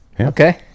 okay